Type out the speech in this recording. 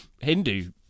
Hindu